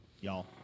Y'all